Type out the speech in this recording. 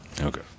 Okay